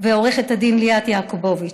ועו"ד ליאת יעקובוביץ,